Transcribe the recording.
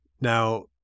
Now